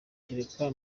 kereka